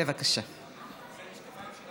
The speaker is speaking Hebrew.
זה משקפיים של,